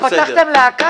פתחתם להקה?